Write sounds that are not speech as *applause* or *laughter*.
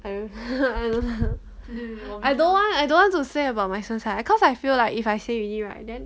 *laughs* I don't I don't I don't want I don't want to say about my 身材 cause I feel like if I say already right then